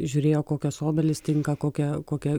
žiūrėjo kokias obelis tinka kokią kokia